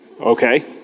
Okay